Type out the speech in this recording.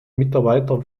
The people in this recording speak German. mitarbeiter